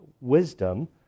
wisdom